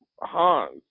Hans